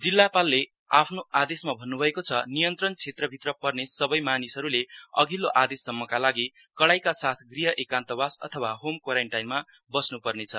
जिल्लापालले आफ्नो आदेशमा भन्न्भेको छ नियन्त्रण क्षेत्र भित्र पर्ने सबै मानिसहरूले अधिल्लो आदेशसम्मका लागि कडाइका साथ गृह एकान्तवास अथवा होम क्वोरन्टाइनमा बस्न्पर्ने छ